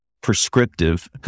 prescriptive